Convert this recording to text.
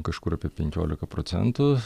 kažkur apie penkioliką procentų